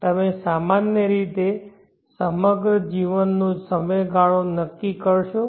તમે સામાન્ય રીતે જીવનનો સમયગાળો નક્કી કરશો